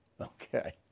Okay